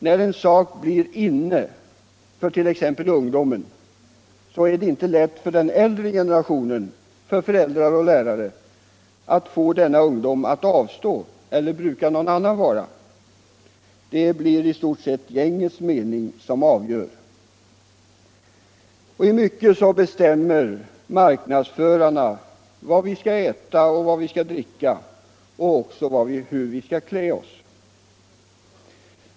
När en sak blir ”inne” för ung domen, är det inte lätt för den äldre generationen — för föräldrar och lärare — att få denna ungdom att avstå eller bruka någon annan vara. Det blir gängets mening som avgör. I mycket bestämmer marknadsförarna vad vi skall äta och vad vi skall dricka och även hur vi skall klä oss.